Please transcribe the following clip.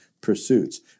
pursuits